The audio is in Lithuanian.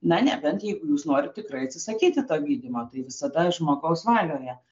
na nebent jeigu jūs norit tikrai atsisakyti to gydymo tai visada žmogaus valioje